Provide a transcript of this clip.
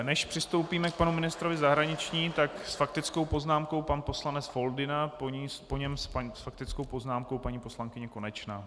Než přistoupíme k panu ministrovi zahraničí, tak s faktickou poznámkou pan poslanec Foldyna, po něm s faktickou poznámkou paní poslankyně Konečná.